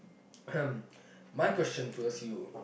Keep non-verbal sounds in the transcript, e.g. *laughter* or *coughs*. *coughs* my question towards you